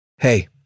Hey